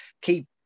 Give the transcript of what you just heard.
keep